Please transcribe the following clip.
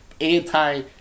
anti